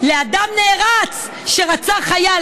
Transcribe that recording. לאדם נערץ שרצח חייל,